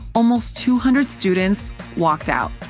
almost two hundred students walked out.